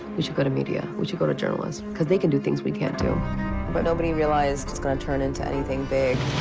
we should go to media. we should go to journalists. cause they can do things we can't do. woman but nobody realized it's gonna turn into anything big.